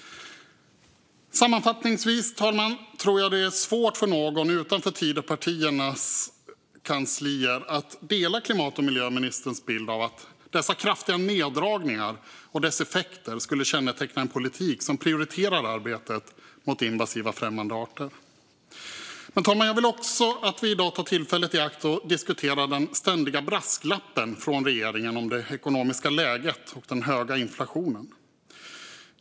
Sammanfattningsvis tror jag att det är svårt för någon utanför Tidöpartiernas kanslier att dela klimat och miljöministerns bild att dessa kraftiga neddragningar och deras effekter skulle känneteckna en politik som prioriterar arbetet mot invasiva främmande arter. Fru talman! Jag vill också att vi i dag tar tillfället i akt att diskutera den ständiga brasklappen från regeringen om det ekonomiska läget och den höga inflationen.